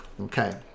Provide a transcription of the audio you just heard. Okay